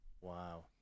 Wow